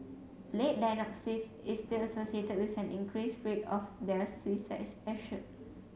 late diagnosis is still associated with an increased rate of deaths suicides have shown